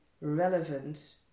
relevant